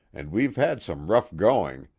and we've had some rough going,